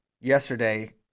yesterday